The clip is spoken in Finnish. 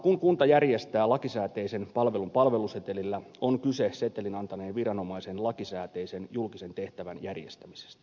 kun kunta järjestää lakisääteisen palvelun palvelusetelillä on kyse setelin antaneen viranomaisen lakisääteisen julkisen tehtävän järjestämisestä